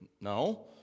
No